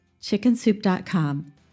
chickensoup.com